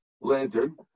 lantern